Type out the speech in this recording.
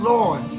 Lord